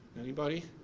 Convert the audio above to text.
anybody?